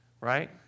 right